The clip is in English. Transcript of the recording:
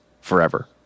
forever